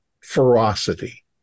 ferocity